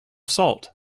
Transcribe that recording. salt